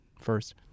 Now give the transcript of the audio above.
first